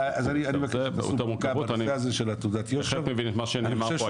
אני בהחלט מבין את מה שנאמר פה